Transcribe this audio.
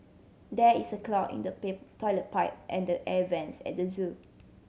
there is a clog in the toilet pipe and the air vents at the zoo